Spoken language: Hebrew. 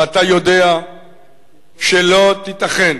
ואתה יודע שלא תיתכן